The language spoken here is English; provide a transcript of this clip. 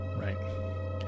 right